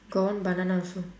got one banana also